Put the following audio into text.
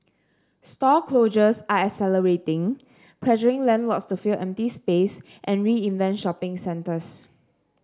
store closures are accelerating pressuring landlords to fill empty space and reinvent shopping centres